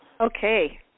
Okay